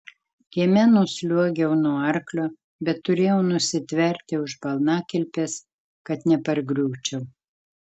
kieme nusliuogiau nuo arklio bet turėjau nusitverti už balnakilpės kad nepargriūčiau